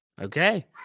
Okay